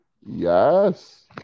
Yes